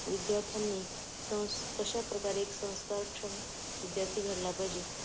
विद्यार्थ्यांनी संस् कशा प्रकारे एक संस्कारक्षम विद्यार्थी घडला पाहिजे